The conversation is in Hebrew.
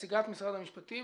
נציגת משרד המשפטים,